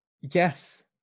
Yes